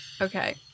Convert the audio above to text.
Okay